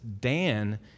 Dan